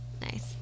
Nice